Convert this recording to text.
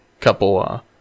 couple